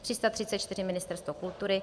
334 Ministerstvo kultury